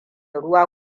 ruwa